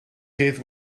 hedd